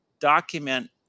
document